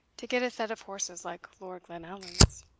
to get a set of horses like lord glenallan's.